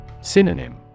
Synonym